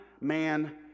man